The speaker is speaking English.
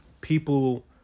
people